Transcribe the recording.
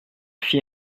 fit